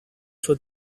suo